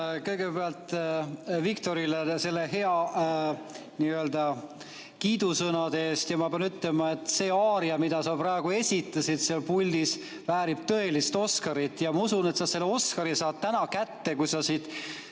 Kõigepealt, aitäh Viktorile kiidusõnade eest! Ma pean ütlema, et see aaria, mida sa praegu esitasid seal puldis, väärib tõelist Oscarit. Ja ma usun, et sa selle Oscari saad täna kätte, kui sa siit